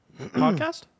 Podcast